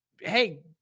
Hey